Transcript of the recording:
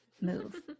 move